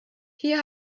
hier